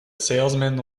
salesman